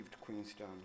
Queenstown